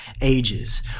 Ages